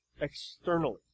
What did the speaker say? externally